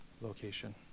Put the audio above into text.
location